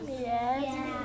Yes